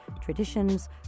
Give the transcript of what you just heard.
traditions